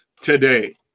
today